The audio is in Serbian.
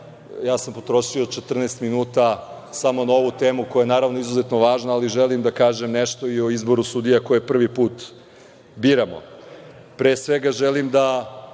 sada ja potrošio 14 minuta samo na ovu temu koja je, naravno, izuzetno važna, ali želim da kažem nešto i o izboru sudija koje prvi put biramo. Pre svega, želim da